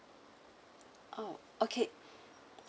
oh okay